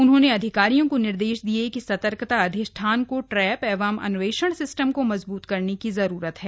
उन्होंने अधिकारियों को निर्देश दिये कि सतर्कता अधिष्ठान को ट्रैप एवं अन्वेषण सिस्टम को मजबूत करने की जरूरत है